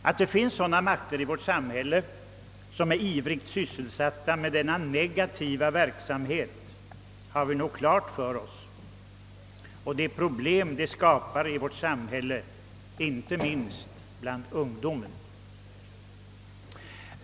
Att det finns sådana makter i vårt samhälle, som är ivrigt sysselsatta med denna negativa verksamhet har vi nog klart för oss liksom vi också känner till de problem de skapar, inte minst bland ungdomen.